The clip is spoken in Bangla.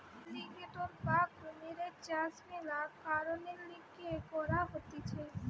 এলিগ্যাটোর বা কুমিরের চাষ মেলা কারণের লিগে করা হতিছে